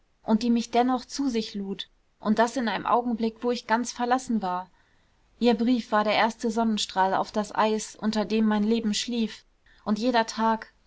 und die mich dennoch zu sich lud und das in einem augenblick wo ich ganz verlassen war ihr brief war der erste sonnenstrahl auf das eis unter dem mein leben schlief und jeder tag